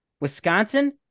Wisconsin